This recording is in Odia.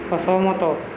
ଅସହମତ